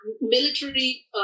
military